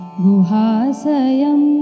guhasayam